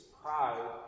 pride